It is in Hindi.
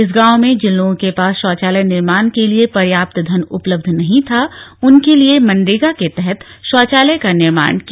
इस गांव में जिन लोगों के पास शौचालय निर्माण के लिए पर्याप्त धन उपलब्ध नहीं था उनके लिए मनरेगा के तहत शौचालय का निर्माण किया